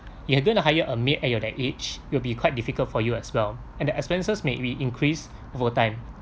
you are going to hire a maid at your that age you'll be quite difficult for you as well and the expenses may be increased over time